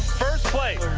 first play.